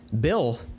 Bill